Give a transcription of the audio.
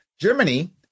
Germany